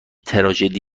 تراژدی